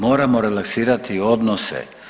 Moramo relaksirati odnose.